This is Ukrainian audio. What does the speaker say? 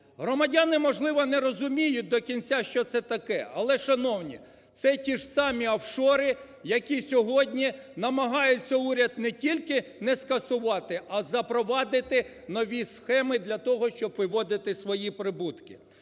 Громадяни, можливо, не розуміють до кінця, що це таке. Але, шановні, це ті ж самі офшори, які сьогодні намагаються уряд не тільки не скасувати, а запровадити нові схеми для того, щоб виводити свої прибутки.